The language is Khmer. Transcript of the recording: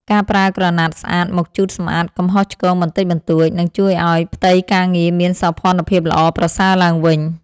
ការប្រើក្រណាត់ស្អាតមកជូតសម្អាតកំហុសឆ្គងបន្តិចបន្តួច និង ជួយឱ្យផ្ទៃការងារមានសោភ័ណភាពល្អប្រសើរឡើងវិញ។